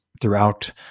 throughout